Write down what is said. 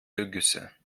ergüsse